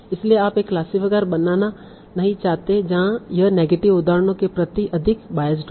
इसलिए आप एक क्लासिफायर बनाना नहीं चाहते जहां यह नेगेटिव उदाहरणों के प्रति अधिक बायस्ड हो